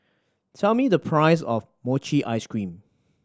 tell me the price of mochi ice cream